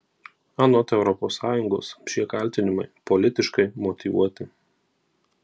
anot europos sąjungos šie kaltinimai politiškai motyvuoti